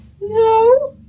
no